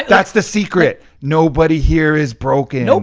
that's the secret. nobody here is broken. nope,